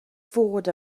fod